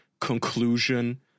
conclusion